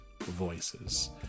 voices